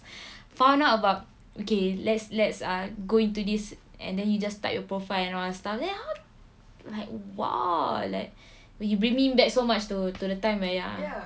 found out about okay let's let's ah go into this and then you just type your profile and all that stuff then how like !wah! like !wah! you bring me back so much to to the time where ya